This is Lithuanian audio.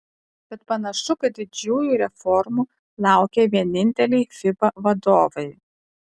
bet panašu kad didžiųjų reformų laukia vieninteliai fiba vadovai